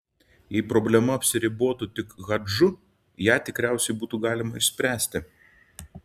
jei problema apsiribotų tik hadžu ją tikriausiai būtų galima išspręsti